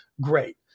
great